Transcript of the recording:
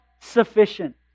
sufficient